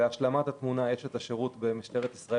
להשלמת התמונה נוסיף גם את השירות במשטרת ישראל